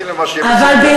אבל מה שלא בסדר,